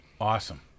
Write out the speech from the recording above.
Awesome